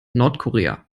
nordkorea